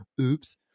Oops